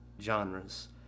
genres